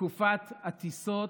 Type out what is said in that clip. תקופת הטיסות,